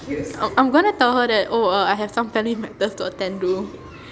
err I'm gonna tell her that oh err I have some family matters to attend to